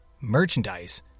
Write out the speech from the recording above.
merchandise